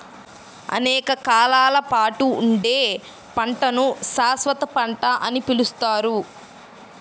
అనేక కాలాల పాటు ఉండే పంటను శాశ్వత పంట అని పిలుస్తారు